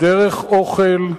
דרך אוכל,